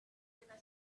whether